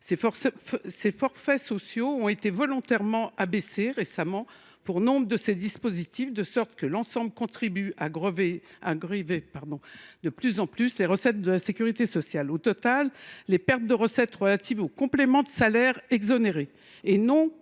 ces forfaits sociaux ont récemment été abaissés pour nombre de ces dispositifs, de sorte que l’ensemble contribue de plus en plus à grever les recettes de la sécurité sociale. Au total, les pertes de recettes relatives aux compléments de salaires exonérés et non compensés